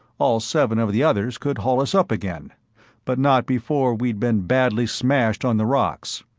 all seven of the others could haul us up again but not before we'd been badly smashed on the rocks.